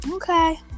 Okay